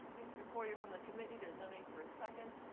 it's before you from the committee, there's no need for a second.